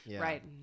Right